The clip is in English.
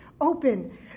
open